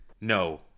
No